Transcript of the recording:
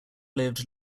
lived